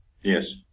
Yes